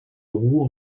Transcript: roues